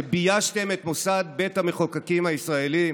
שביישתם את מוסד בית המחוקקים הישראלי.